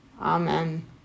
Amen